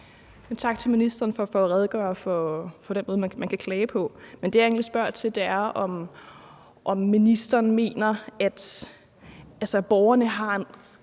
Tak til ministeren for at redegøre for den måde, man kan klage på. Men det, jeg egentlig spørger til, er, om ministeren mener, at borgerne har et